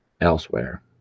elsewhere